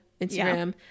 Instagram